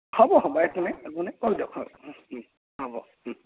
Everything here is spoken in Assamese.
হ'ব হ'ব একো নাই একো নাই কম দিয়ক হ'ব